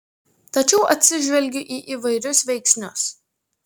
tačiau atsižvelgiu į įvairius veiksnius